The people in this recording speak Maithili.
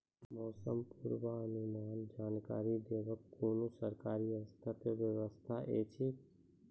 मौसम पूर्वानुमान जानकरी देवाक कुनू सरकारी स्तर पर व्यवस्था ऐछि?